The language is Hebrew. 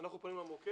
אנחנו פונים למוקד,